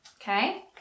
Okay